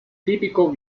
típico